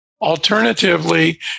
Alternatively